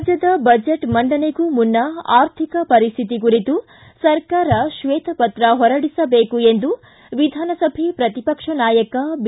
ರಾಜ್ಞದ ಬಜಿಟ್ ಮಂಡನೆಗೂ ಮುನ್ನ ಆರ್ಥಿಕ ಪರಿಸ್ಥಿತಿ ಕುರಿತು ಸರ್ಕಾರ ಕ್ವೇತಪತ್ರ ಹೊರಡಿಸಬೇಕು ಎಂದು ವಿಧಾನಸಭೆ ಪ್ರತಿಪಕ್ಷ ನಾಯಕ ಬಿ